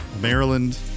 Maryland